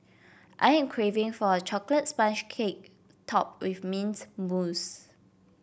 I am craving for a chocolate sponge cake topped with mint mousse